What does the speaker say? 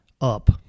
up